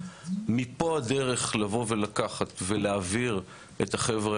מפה הדרך לבוא ולקחת ולהעביר את החבר'ה